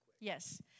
Yes